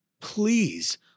please